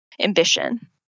ambition